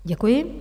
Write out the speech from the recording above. Děkuji.